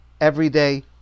everyday